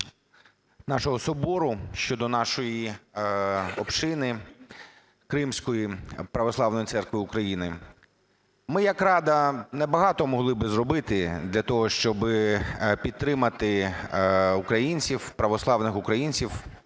нашого собору, щодо нашої общини Кримської православної церкви України. Ми як рада багато могли зробити для того, щоб підтримати українців, православних українців,